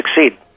succeed